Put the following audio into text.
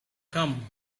come